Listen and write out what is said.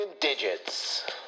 Digits